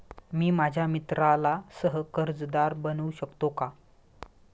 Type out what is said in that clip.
मी माझ्या मित्राला सह कर्जदार बनवू शकतो का?